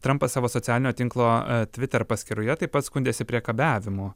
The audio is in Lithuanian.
trampas savo socialinio tinklo twitter paskyroje taip pat skundėsi priekabiavimu